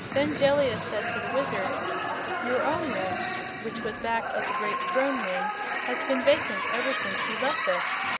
then jellia said to the wizard your own room which was back of the great throne room has been vacant ever since you left us.